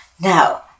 now